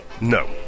no